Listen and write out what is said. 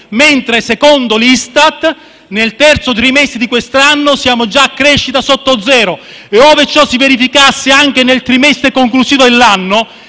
Intanto, secondo l'Istat, nel terzo trimestre di quest'anno siamo già a crescita sotto zero e, ove ciò si verificasse anche nel trimestre conclusivo dell'anno